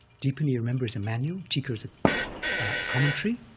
dipani, remember, is a manual. tika is ah a commentary.